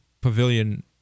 pavilion